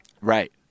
Right